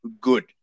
good